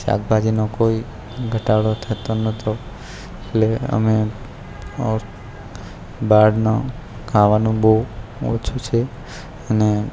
શાકભાજીનો કોઈ ઘટાડો થતો નહોતો એટલે અમે બહારનું ખાવાનું બહુ ઓછું છે અને